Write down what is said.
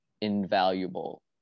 invaluable